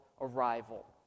arrival